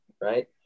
right